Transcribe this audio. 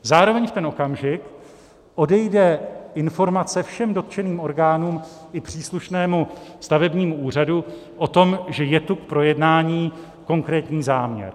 Zároveň v ten okamžik odejde informace všem dotčený orgánům i příslušnému stavebnímu úřadu o tom, že je tu k projednání konkrétní záměr.